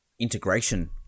integration